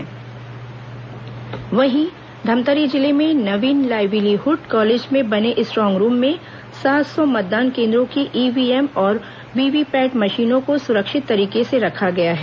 Dhamtari EVM सुरक्षा धमतरी जिले में नवीन लाइवलीहड कॉलेज में बने स्ट्रांग रूम में सात सौ मतदान केंद्रों की ईव्हीएम और वीवीपैट मशीनों को सुरक्षित तरीके से रखा गया है